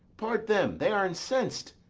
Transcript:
part them they are incens'd.